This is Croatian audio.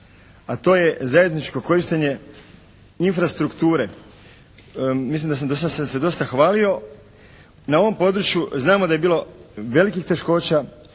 a to je zajedničko korištenje infrastrukture. Mislim da sam, do sad sam se dosta hvalio. Na ovom području znamo da je bilo velikih teškoća